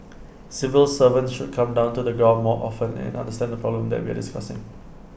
civil servants should come down to the ground more often and understand the problems that we're discussing